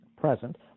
present